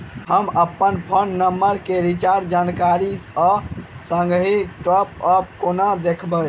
हम अप्पन phone number केँ रिचार्जक जानकारी आ संगहि टॉप अप कोना देखबै?